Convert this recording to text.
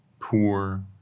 poor